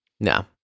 No